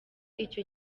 icyo